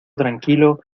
tranquilo